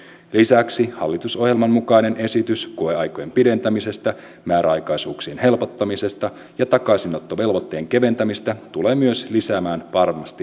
lisäksi hallitusohjelman mukainen esitys koeaikojen pidentämisestä määräaikaisuuksien helpottamisesta ja takaisinottovelvoitteen keventämisestä tulee varmasti myös lisäämään työtilaisuuksia